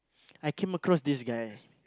I came across this guy